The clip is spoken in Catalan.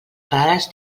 frares